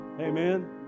Amen